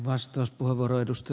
arvoisa puhemies